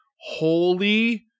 Holy